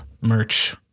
merch